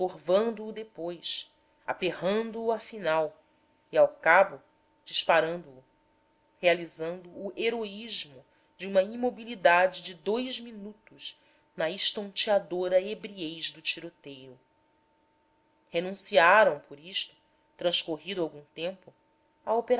escorvando o depois aperrando o afinal e ao cabo disparando o realizando o heroísmo de uma imobilidade de dous minutos na estonteante ebriez do tiroteio renunciaram por isto transcorrido algum tempo